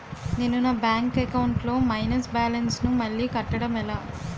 నేను నా bank account లొ మైనస్ బాలన్స్ ను మళ్ళీ కట్టడం ఎలా?